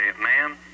ma'am